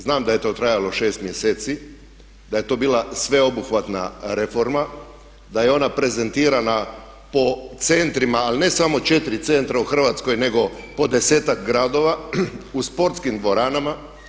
Znam da je to trajalo 6 mjeseci, da je to bila sveobuhvatna reforma, da je ona prezentirana po centrima, ali ne samo četiri centra u Hrvatskoj nego po desetak gradova u sportskim dvoranama.